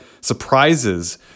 surprises